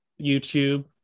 YouTube